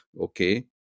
okay